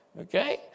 Okay